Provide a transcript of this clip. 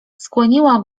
skłoniła